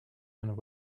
and